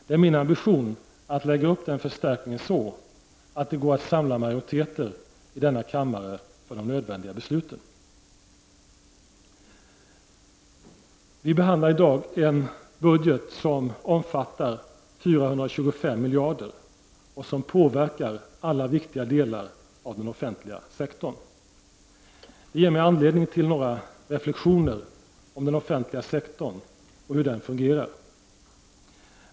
Det är min ambition att lägga upp den förstärkningen så att det går att samla majoriteter i denna kammare för de nödvändiga besluten. Vi behandlar i dag en budget som omfattar 425 miljarder och som påverkar alla viktiga delar av den offentliga sektorn. Det ger mig anledning att göra några reflexioner om den offentliga sektorn och hur den fungerar.